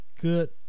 good